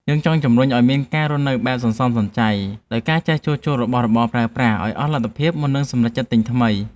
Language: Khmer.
យើងចង់ជម្រុញឱ្យមានការរស់នៅបែបសន្សំសំចៃ ដោយការចេះជួសជុលរបស់របរប្រើប្រាស់ឱ្យអស់លទ្ធភាពមុននឹងសម្រេចចិត្តទិញថ្មី។